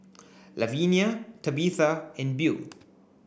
Lavenia Tabitha and Beau